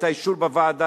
את האישור בוועדה.